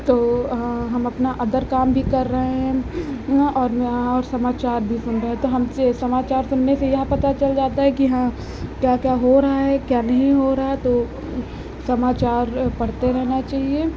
तो हम अपना अदर काम भी कर रहे हैं और और समाचार भी सुन रहे हैं तो हमसे समाचार सुनने से यह पता चल जाता है कि हाँ क्या क्या हो रहा है क्या नहीं हो रहा है तो समाचार पढ़ते रहना चहिए